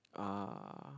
ah